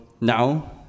now